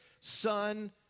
son